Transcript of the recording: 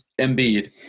Embiid